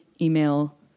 email